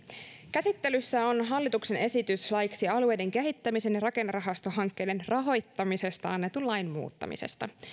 käsittelyssä on hallituksen esitys laiksi alueiden kehittämisen ja rakennerahastohankkeiden rahoittamisesta annetun lain muuttamisesta